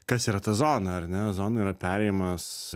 kas yra ta zona ar ne zona yra perėjimas